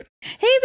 hey